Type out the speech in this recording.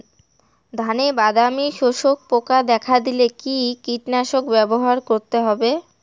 ধানে বাদামি শোষক পোকা দেখা দিলে কি কীটনাশক ব্যবহার করতে হবে?